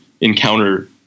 encounter